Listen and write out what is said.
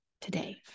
today